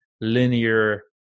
linear